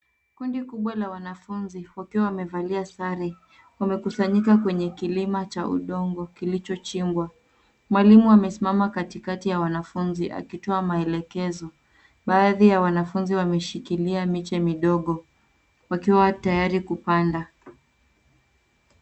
Kindu kubwa la wanafunzi wakiwa wamevalia sare wamekusanyika kwenye kilima cha udongo kilichochimbwa. Mwalimu amesimama katikati ya wanafunzi akitoa maelekezo. Baadhi ya wanafunzi wameshikilia miche midogo wakiwa tayari kupanda.